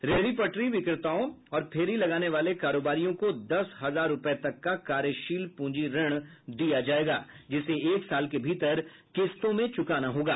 रेहड़ी पटरी विक्रेताओं और फेरी लगाने वाले कारोबारियों को दस हजार रूपये तक का कार्यशील प्रंजी ऋण दिया जायेगा जिसे एक साल के भीतर किस्तों में चुकाना होगा